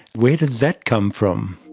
where did that come from?